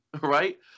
right